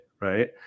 Right